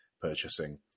purchasing